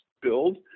build